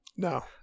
No